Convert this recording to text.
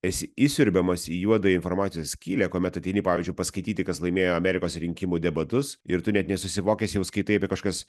esi įsiurbiamas į juodąją informacijos skylę kuomet ateini pavyzdžiui paskaityti kas laimėjo amerikos rinkimų debatus ir tu net nesusivokęs jau skaitai apie kažkokias